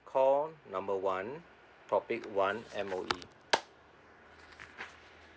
call number one topic one M_O_E